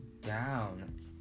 down